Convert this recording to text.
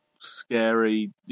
scary